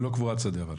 היא לא קבורת שדה אבל.